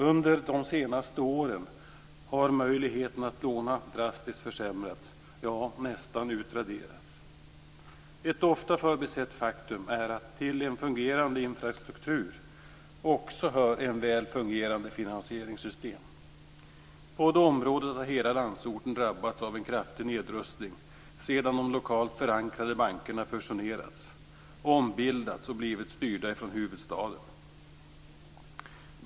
Under de senaste åren har möjligheterna att låna drastiskt försämrats, ja nästan utraderats. Det är ett ofta förbisett faktum att till en fungerande infrastruktur hör också ett väl fungerande finansieringssystem. På det området har hela landsorten drabbats av en kraftig nedrustning genom att de lokalt förankrade bankerna fusionerats, ombildats och blivit styrda från huvudstaden.